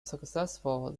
successful